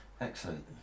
Excellent